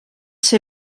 ser